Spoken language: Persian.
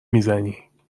میزنی